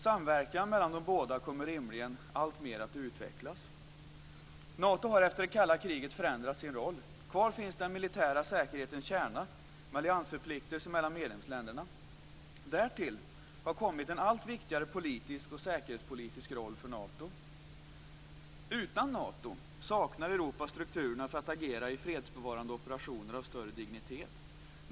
Samverkan mellan dem kommer rimligen att utvecklas alltmer. Nato har förändrat sin roll efter det kalla kriget. Kvar finns den militära säkerhetens kärna med alliansförpliktelser mellan medlemsländerna. Därtill har kommit en allt viktigare politisk och säkerhetspolitisk roll för Nato. Utan Nato saknar Europa strukturer för att agera i fredsbevarande operationer av större dignitet.